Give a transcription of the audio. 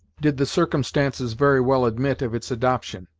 did the circumstances very well admit of its adoption.